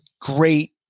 great